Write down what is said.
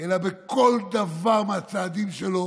אלא בכל דבר מהצעדים שלו